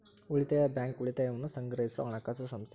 ಉಳಿತಾಯ ಬ್ಯಾಂಕ್, ಉಳಿತಾಯವನ್ನ ಸಂಗ್ರಹಿಸೊ ಹಣಕಾಸು ಸಂಸ್ಥೆ